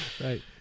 right